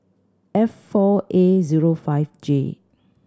F four A zero five J